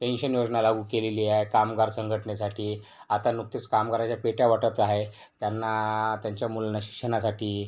pension योजना लागू केलेली आहे कामगार संघटनेसाठी आता नुकतेच कामगाराच्या पेट्या वाटपचं हाय त्यांना त्यांच्या मुलांना शिक्षणासाठी